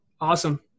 Awesome